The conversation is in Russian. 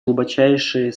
глубочайшие